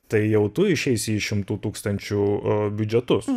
tai jau tu išeisi į šimtų tūkstančių biudžetus